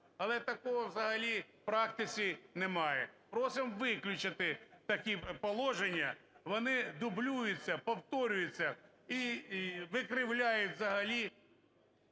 Але такого взагалі в практиці немає. Просимо виключити такі положення, воно дублюються, повторюються і викривляють взагалі…